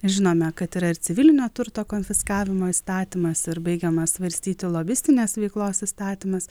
žinome kad yra ir civilinio turto konfiskavimo įstatymas ir baigiamas svarstyti lobistinės veiklos įstatymas